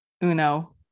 Uno